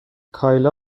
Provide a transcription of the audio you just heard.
کایلا